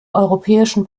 europäischen